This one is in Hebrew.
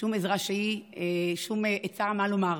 שום עזרה שהיא, שום עצה מה לומר.